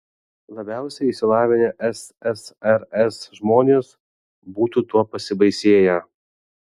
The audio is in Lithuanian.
labiausiai išsilavinę ssrs žmonės būtų tuo pasibaisėję